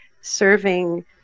serving